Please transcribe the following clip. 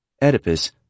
Oedipus